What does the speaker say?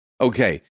Okay